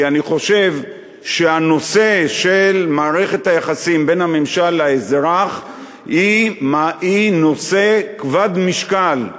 כי אני חושב שהנושא של מערכת היחסים בין הממשל לאזרח הוא נושא כבד-משקל,